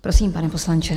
Prosím, pane poslanče.